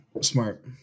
Smart